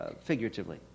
figuratively